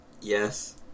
Yes